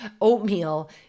Oatmeal